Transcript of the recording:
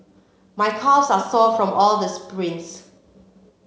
my calves are sore from all the sprints